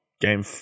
game